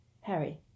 Harry